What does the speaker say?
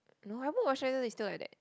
no I put moisturiser is still like that